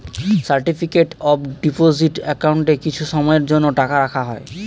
certificate of deposit অ্যাকাউন্টে কিছু সময়ের জন্য টাকা রাখা হয়